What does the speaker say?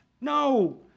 No